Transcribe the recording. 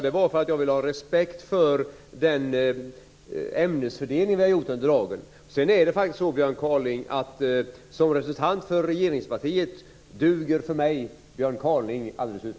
Det beror på att jag har respekt för den ämnesfördelning som vi har gjort för dagen. För mig duger Björn Kaaling alldeles utmärkt som representant för regeringspartiet.